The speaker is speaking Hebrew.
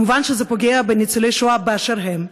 מובן שזה פוגע בניצולי השואה באשר הם,